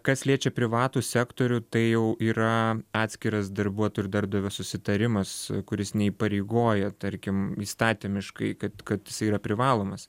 kas liečia privatų sektorių tai jau yra atskiras darbuotojo ir darbdavio susitarimas kuris neįpareigoja tarkim įstatymiškai kad kad jisai yra privalomas